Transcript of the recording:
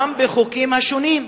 גם בחוקים השונים,